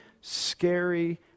scary